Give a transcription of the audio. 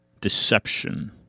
deception